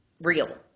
real